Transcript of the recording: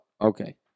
Okay